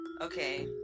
Okay